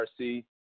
RC